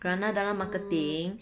orh